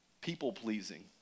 people-pleasing